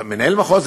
מנהל מחוז,